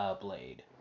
Blade